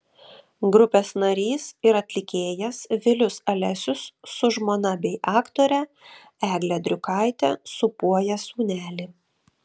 grupės narys ir atlikėjas vilius alesius su žmona bei aktore egle driukaite sūpuoja sūnelį